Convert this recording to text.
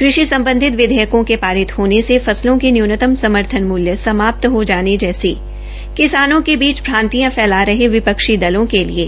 कृषि सम्बधित विधेयकों के पारित होने से फसलों के न्यूनतम समर्थन मूल्य समाप्त हो जाने जैसी किसानों के बीच भ्रांतिया फैला रहे विपक्षी दलों के लिए